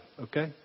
Okay